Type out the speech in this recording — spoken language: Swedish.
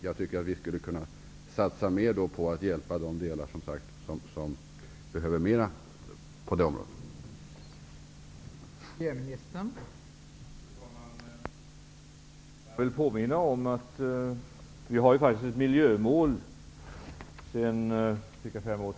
Jag tycker att vi skulle kunna satsa mer på att hjälpa de länder som har större behov på detta område.